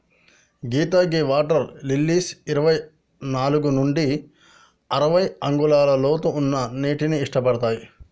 సీత గీ water lilies ఇరవై నాలుగు నుండి అరవై అంగుళాల లోతు ఉన్న నీటిని ఇట్టపడతాయి